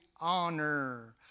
honor